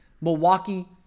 Milwaukee